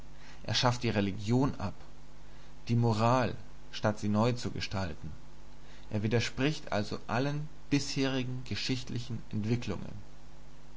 er schafft die religion ab die moral statt sie neu zu gestalten er widerspricht also allen bisherigen geschichtlichen entwicklungen